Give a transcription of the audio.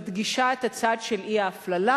מדגישה את הצד של אי-הפללה.